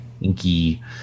inky